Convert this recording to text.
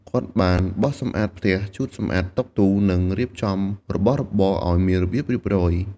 គាត់បានបោសសម្អាតផ្ទះ ជូតសម្អាតតុទូ និងរៀបចំរបស់របរឲ្យមានរបៀបរៀបរយ។